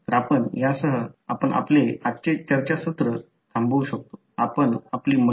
तर या प्रकरणात जर ते सोडवले तर प्रत्यक्षात ते लहान i1 असेल